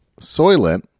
Soylent